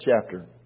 chapter